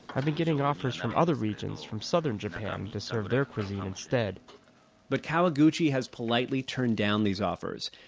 i've been getting offers from other regions from southern japan to serve their cuisine instead but kawaguchi has politely turned down these offers.